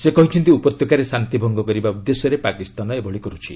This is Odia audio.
ସେ କହିଛନ୍ତି ଉପତ୍ୟକାରେ ଶାନ୍ତି ଭଙ୍ଗ କରିବା ଉଦ୍ଦେଶ୍ୟରେ ପାକିସ୍ତାନ ଏଭଳି କରୁଛି